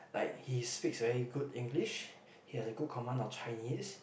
like he speaks very good English he has a good command of Chinese